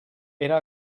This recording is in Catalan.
era